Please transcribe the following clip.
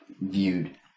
viewed